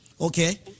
okay